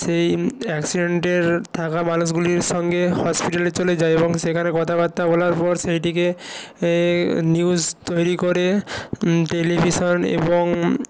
সেই অ্যাক্সিডেন্টের থাকা মানুষগুলির সঙ্গে হসপিটালে চলে যায় এবং সেখানে কথাবাত্তা বলার পর সেইটিকে এ নিউজ তৈরি করে টেলিভিশন এবং